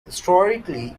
historically